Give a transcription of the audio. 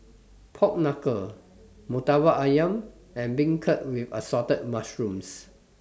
Pork Knuckle Murtabak Ayam and Beancurd with Assorted Mushrooms